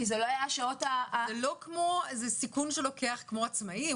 כי אלה לא היו השעות --- זה לא כמו סיכון שלוקח עצמאי?